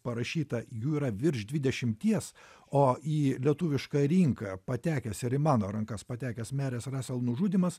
parašytą jų yra virš dvidešimties o į lietuvišką rinką patekęs ir į mano rankas patekęs merės rasel nužudymas